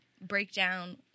breakdown